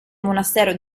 monastero